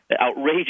outrageous